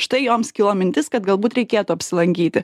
štai joms kilo mintis kad galbūt reikėtų apsilankyti